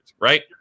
right